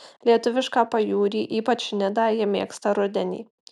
lietuvišką pajūrį ypač nidą ji mėgsta rudenį